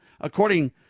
According